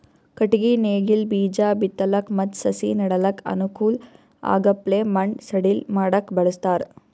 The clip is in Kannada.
ಕಟ್ಟಗಿ ನೇಗಿಲ್ ಬೀಜಾ ಬಿತ್ತಲಕ್ ಮತ್ತ್ ಸಸಿ ನೆಡಲಕ್ಕ್ ಅನುಕೂಲ್ ಆಗಪ್ಲೆ ಮಣ್ಣ್ ಸಡಿಲ್ ಮಾಡಕ್ಕ್ ಬಳಸ್ತಾರ್